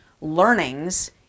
learnings